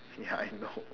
ya I know